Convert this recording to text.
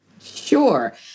Sure